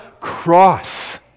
cross